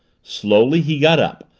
slowly he got up,